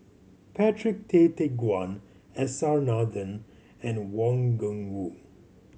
Patrick Tay Teck Guan S R Nathan and Wang Gungwu